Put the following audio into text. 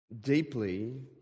deeply